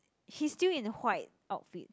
he's still in white outfit